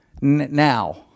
now